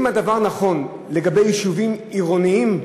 אם הדבר נכון לגבי יישובים עירוניים,